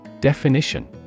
Definition